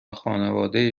خانواده